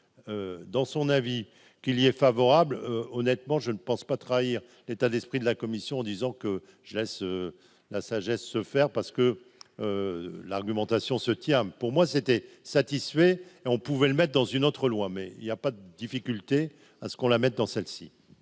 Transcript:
dans son avis qu'il lui est favorable, honnêtement, je ne pense pas trahir l'état d'esprit de la commission, en disant que je laisse la sagesse se faire parce que l'argumentation se Thiam, pour moi c'était satisfait et on pouvait le mettent dans une autre loi, mais il y a pas de difficulté à ce qu'on la mette dans celle-ci.